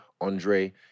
Andre